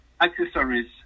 accessories